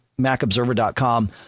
MacObserver.com